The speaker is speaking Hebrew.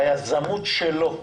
ביזמות שלו,